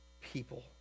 people